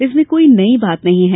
इसमें कोई भी नई बात नहीं है